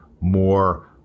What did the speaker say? more